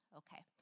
okay